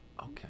Okay